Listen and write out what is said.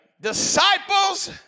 Disciples